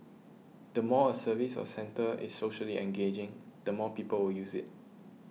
the more a service or centre is socially engaging the more people will use it